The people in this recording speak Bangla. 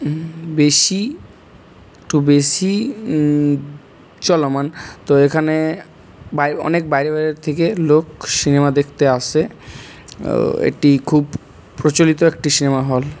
বেশি একটু বেশি চলমান তো এখানে অনেক বাইরে বাইরে থেকে লোক সিনেমা দেখতে আসে এটি খুব প্রচলিত একটি সিনেমা হল